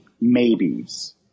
maybes